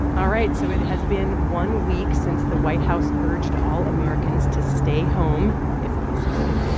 all right. so it has been one week since the white house urged all americans to stay home if possible.